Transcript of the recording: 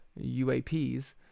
UAPs